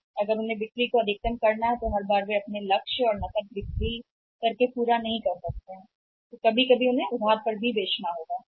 विपणन का उद्देश्य विभागों कि वे बिक्री को अधिकतम करना चाहिए और यदि उन्हें बिक्री को अधिकतम करना है समय वे नकदी पर बेचकर लक्ष्य हासिल नहीं कर सकते हैं इसलिए कुछ समय के लिए उन्हें बेचना होगा क्रेडिट